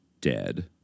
dead